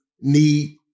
need